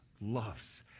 loves